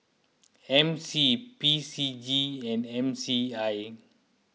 M C P C G and M C I